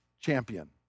champion